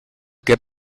que